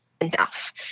enough